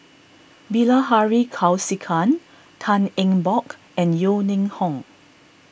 Bilahari Kausikan Tan Eng Bock and Yeo Ning Hong